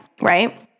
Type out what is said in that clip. right